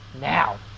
now